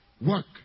work